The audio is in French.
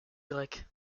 grec